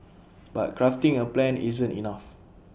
but crafting A plan isn't enough